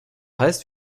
heißt